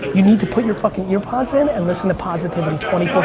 you need to put your fucking ear pods in and listen to positivity twenty